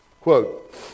Quote